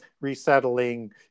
resettling